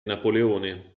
napoleone